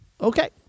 Okay